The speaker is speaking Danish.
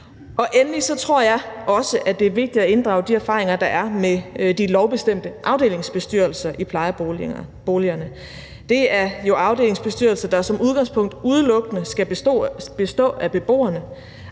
Endelig tror jeg også, det er vigtigt at inddrage de erfaringer, der er med de lovbestemte afdelingsbestyrelser i plejeboligerne. Det er afdelingsbestyrelser, der som udgangspunkt udelukkende skal bestå af beboerne.